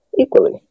equally